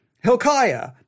Hilkiah